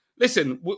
Listen